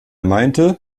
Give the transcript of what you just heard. meinte